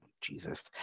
Jesus